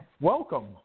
welcome